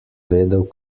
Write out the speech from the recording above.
vedel